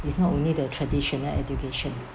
it's not only the traditional education